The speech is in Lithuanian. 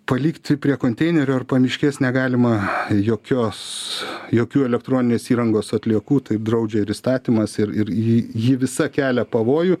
palikti prie konteinerio ar pamiškės negalima jokios jokių elektroninės įrangos atliekų tai draudžia ir įstatymas ir ir ji ji visa kelia pavojų